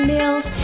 Meals